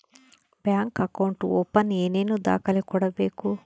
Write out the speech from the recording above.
Bank account open ಏನೇನು ದಾಖಲೆ ಕೊಡಬೇಕು?